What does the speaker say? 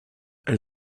elle